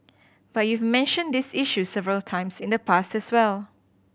but you've mentioned these issues several times in the past as well